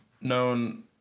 known